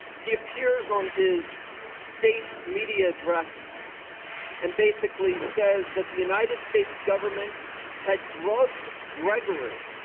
he appears on his state media address and basically says that the united states government had drugged grigory